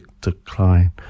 decline